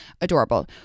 adorable